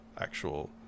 actual